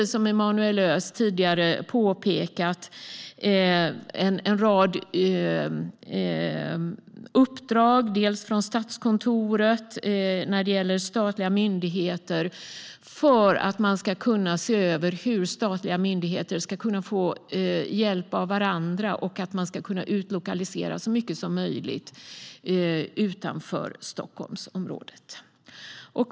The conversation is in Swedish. Som Emanuel Öz tidigare påpekat är det en rad uppdrag från Statskontoret när det gäller statliga myndigheter för att se över hur statliga myndigheter kan få hjälp av varandra och att man ska kunna utlokalisera så mycket som möjligt utanför Stockholmsområdet.